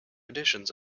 editions